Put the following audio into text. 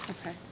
Okay